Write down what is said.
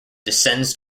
descends